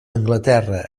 anglaterra